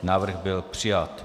Návrh byl přijat.